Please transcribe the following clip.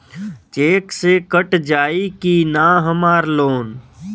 Check से कट जाई की ना हमार लोन?